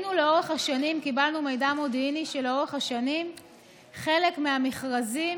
קיבלנו מידע מודיעיני שלאורך השנים חלק מהמכרזים